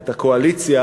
את הקואליציה,